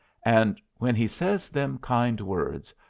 and when he says them kind words,